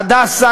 "הדסה",